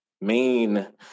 main